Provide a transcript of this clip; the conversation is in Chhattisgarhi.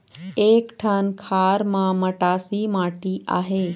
एक ठन खार म मटासी माटी आहे?